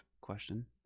question